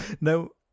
no